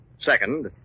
Second